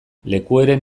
lekueren